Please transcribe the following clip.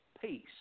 peace